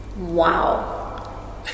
Wow